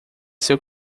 seu